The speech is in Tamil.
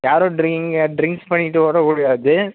யாரும் ட்ரிங்க் ட்ரிங்க்ஸ் பண்ணிவிட்டு ஓட்டக்கூடாது